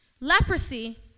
leprosy